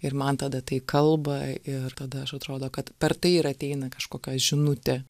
ir man tada tai kalba ir tada aš atrodo kad per tai ir ateina kažkokia žinutė